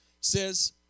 says